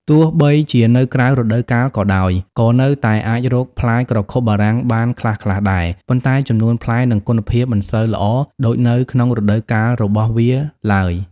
ទោះបីជានៅក្រៅរដូវកាលក៏ដោយ ក៏នៅតែអាចរកផ្លែក្រខុបបារាំងបានខ្លះៗដែរ ប៉ុន្តែចំនួនផ្លែ និងគុណភាពមិនសូវល្អដូចនៅក្នុងរដូវកាលរបស់វាឡើយ។